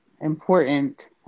important